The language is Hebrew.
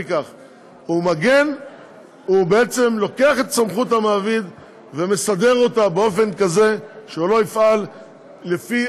הוא בעצם לוקח סמכות המעביד ומסדר אותה באופן כזה שלא יפעל לפי